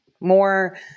more